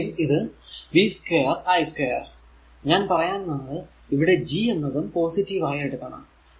ഇവിടെയും ഇത് v 2 i 2 ഞാൻ പറയാൻ വന്നത് ഇവിടെ G എന്നതും പോസിറ്റീവ് ആയി എടുക്കണം